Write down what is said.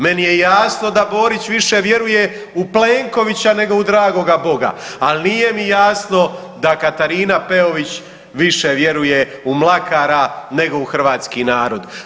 Meni je jasno da Borić više vjeruje u Plenkovića, nego u dragoga Boga ali nije mi jasno da Katarina Peović više vjeruje u Mlakara nego u hrvatski narod.